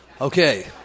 Okay